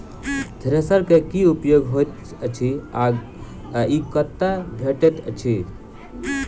Thresher केँ की उपयोग होइत अछि आ ई कतह भेटइत अछि?